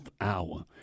hour